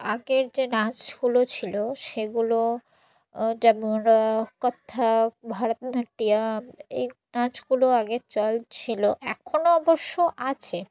আগের যে নাচগুলো ছিল সেগুলো যেমন কত্থক ভারতনাট্যম এই নাচগুলোর আগে চল ছিল এখনও অবশ্য আছে